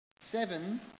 Seven